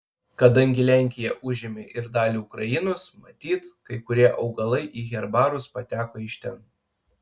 kadangi lenkija užėmė ir dalį ukrainos matyt kai kurie augalai į herbarus pateko iš ten